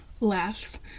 laughs